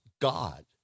God